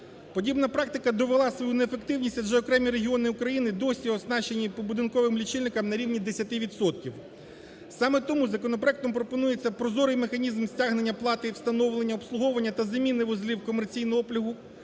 Подібна практика довела свою неефективність, адже окремі регіони України досі оснащені побудинковими лічильниками на рівні 10 відсотків. Саме тому законопроектом пропонується прозорий механізм стягнення плати і встановлення обслуговування та заміни вузлів комерційного обліку